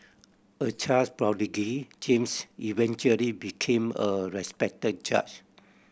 a child prodigy James eventually became a respected judge